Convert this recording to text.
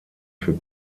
für